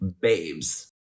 babes